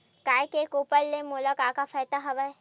गाय के गोबर ले मोला का का फ़ायदा हवय?